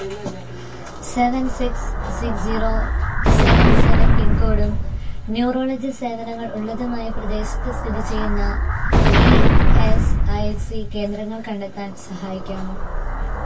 seven six six zero seven seven പിൻകോഡും neurology സേവനങ്ങൾ ഉള്ളതുമായ പ്രദേശത്ത് സ്ഥിതിചെയ്യുന്ന ഇ എസ് ഐ സി കേന്ദ്രങ്ങൾ കണ്ടെത്താൻ സഹായിക്കാമോ